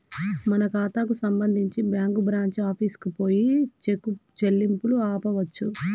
మన ఖాతాకు సంబంధించి బ్యాంకు బ్రాంచి ఆఫీసుకు పోయి చెక్ చెల్లింపును ఆపవచ్చు